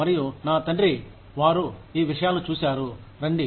మరియు నా తండ్రి తరం వారు ఈ విషయాలు చూశారు రండి